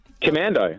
Commando